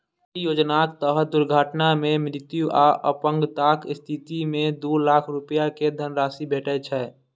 एहि योजनाक तहत दुर्घटना मे मृत्यु आ अपंगताक स्थिति मे दू लाख रुपैया के धनराशि भेटै छै